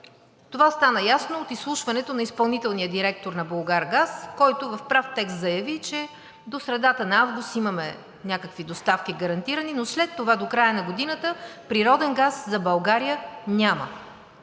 Това стана ясно от изслушването на изпълнителния директор на „Булгаргаз“, който в прав текст заяви, че до средата на август имаме някакви доставки гарантирани, но след това – до края на годината, природен газ за България няма.